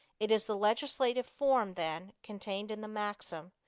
it is the legislative form, then, contained in the maxim,